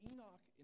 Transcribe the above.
Enoch